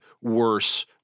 worse